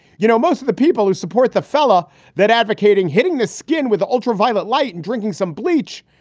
you know, most of the people who support the fella that advocating hitting the skin with the ultraviolet light and drinking some bleach,